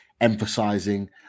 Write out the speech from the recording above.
emphasizing